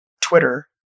Twitter